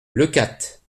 leucate